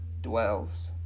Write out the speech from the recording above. dwells